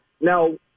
Now